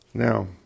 Now